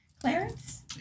Clarence